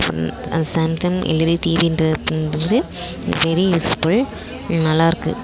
அந்த Samsung LED டிவிகிறது வந்து வெரி யூஸ்ஃபுல் நல்லா இருக்குது